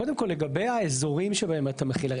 קודם כל, לגבי האזורים שבהם אתה מחיל.